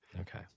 okay